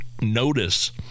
notice